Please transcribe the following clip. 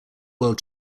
world